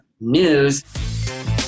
news